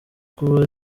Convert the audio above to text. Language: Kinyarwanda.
kuba